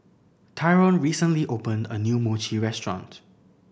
Tyron recently opened a new Mochi restaurant